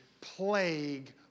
plague